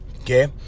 okay